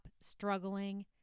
struggling